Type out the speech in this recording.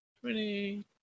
twenty